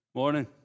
Morning